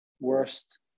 worst